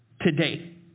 today